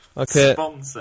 Okay